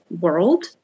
world